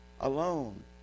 alone